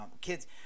kids